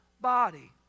body